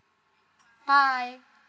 bye